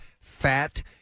fat